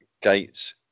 Gates